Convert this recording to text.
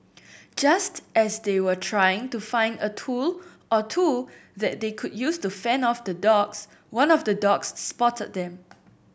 just as they were trying to find a tool or two that they could use to fend off the dogs one of the dogs spotted them